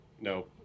No